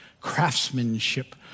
Craftsmanship